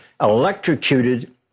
electrocuted